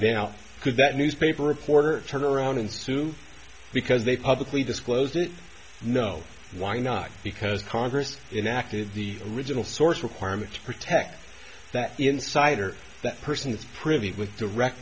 now could that newspaper reporter turn around and sue because they publicly disclosed no why not because congress enacted the original source requirement to protect that insider that person's privy with direct